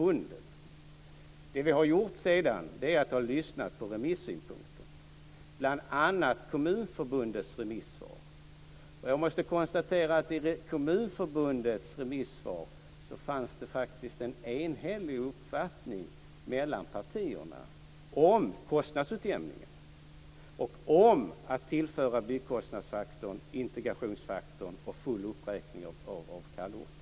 Sedan har vi lyssnat på remissynpunkterna och bl.a. på Kommunförbundets remissvar. Jag måste konstatera att i Kommunförbundets remissvar fanns det faktiskt en enhällig uppfattning hos partierna om kostnadsutjämningen och om att tillföra byggkostnadsfaktorn, integrationsfaktorn och en full uppräkning av kallorten.